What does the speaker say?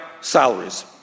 salaries